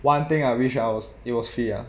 one thing I wish I was it was free ah